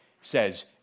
says